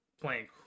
playing